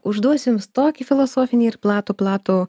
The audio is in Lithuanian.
užduosiu jums tokį filosofinį ir platų platų